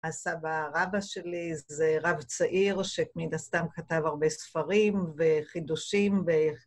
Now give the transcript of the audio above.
‫הסבא רבא שלי זה רב צעיר ‫שמן הסתם כתב הרבה ספרים וחידושים.